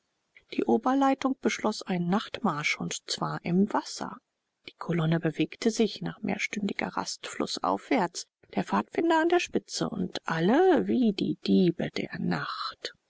die oberleitung beschloß einen nachtmarsch und zwar im wasser die kolonne bewegte sich nach mehrstündiger rast flußaufwärts der pfadfinder an der spitze und alle wie die diebe der nacht